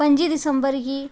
पंजीह् दिसम्बर गी